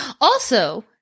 Also-